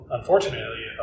Unfortunately